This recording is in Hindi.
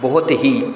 बहुत ही